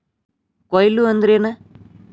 ಕೊಯ್ಲು ಅಂದ್ರ ಏನ್?